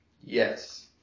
Yes